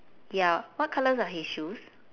ya what colours are his shoes